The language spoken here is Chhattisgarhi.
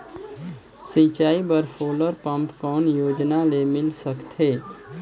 सिंचाई बर सोलर पम्प कौन योजना ले मिल सकथे?